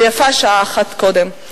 ויפה שעה אחת קודם.